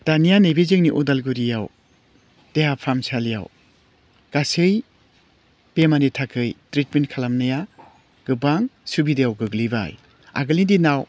दानिया नैबे जोंनि उदालगुरियाव देहा फाहामसालियाव गासै बेमारनि थाखाय ट्रिटमेन्ट खालामनाया गोबां सुबिदायाव गोग्लैबाय आगोलनि दिनाव